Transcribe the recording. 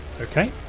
Okay